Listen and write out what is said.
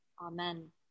Amen